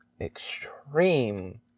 extreme